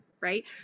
right